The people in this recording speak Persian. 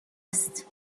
است